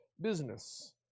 business